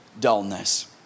dullness